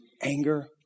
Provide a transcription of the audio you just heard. anger